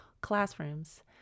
classrooms